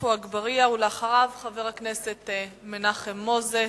עפו אגבאריה, ואחריו, חבר הכנסת מנחם מוזס.